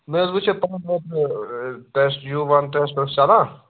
مےٚ حظ وُچھے تُہنٛد اوترٕ ٹیسٹ یو وَن ٹیسٹ اوس چَلان